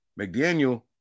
McDaniel